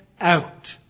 out